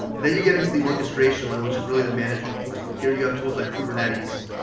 and then you get into the orchestration layer, which is really the management plain. here you have tools like kubernetes,